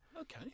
Okay